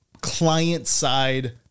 client-side